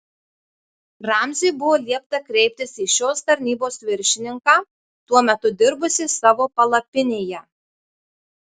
ramziui buvo liepta kreiptis į šios tarnybos viršininką tuo metu dirbusį savo palapinėje